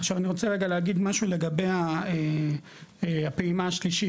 אני רוצה רגע להגיד משהו לגבי הפעימה השלישית,